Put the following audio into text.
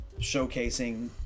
showcasing